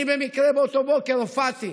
אני במקרה באותו בוקר הופעתי